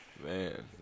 Man